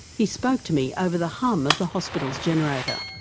he spoke to me over the hum of the hospital's generator.